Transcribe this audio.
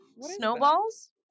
Snowballs